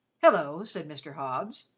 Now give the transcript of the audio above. hello, so mr. hobbs!